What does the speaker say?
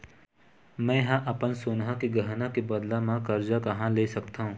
मेंहा अपन सोनहा के गहना के बदला मा कर्जा कहाँ ले सकथव?